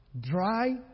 Dry